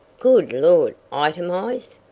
good lord! itemize?